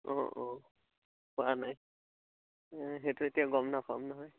অঁ অঁ কৰা নাই সেইটো এতিয়া গম নাপাম নহয়